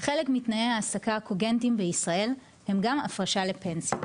חלק מתנאי העסקה הקוגנטיים בישראל הם גם הפרשה לפנסיה.